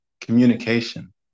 communication